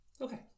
Okay